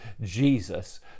Jesus